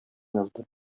язды